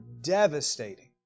devastating